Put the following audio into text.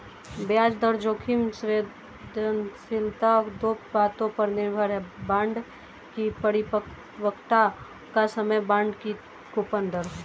ब्याज दर जोखिम संवेदनशीलता दो बातों पर निर्भर है, बांड की परिपक्वता का समय, बांड की कूपन दर